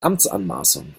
amtsanmaßung